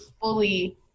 fully